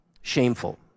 shameful